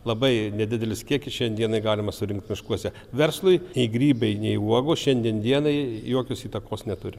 labai nedidelis kiekis šiandienai galima surinkt miškuose verslui nei grybai nei uogos šiandien dienai jokios įtakos neturi